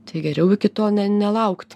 tai geriau iki to ne nelaukt